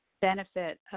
benefit